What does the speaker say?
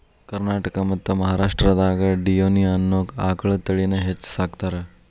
ಕರ್ನಾಟಕ ಮತ್ತ್ ಮಹಾರಾಷ್ಟ್ರದಾಗ ಡಿಯೋನಿ ಅನ್ನೋ ಆಕಳ ತಳಿನ ಹೆಚ್ಚ್ ಸಾಕತಾರ